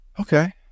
okay